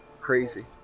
Crazy